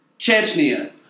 Chechnya